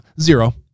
Zero